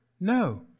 No